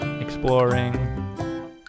exploring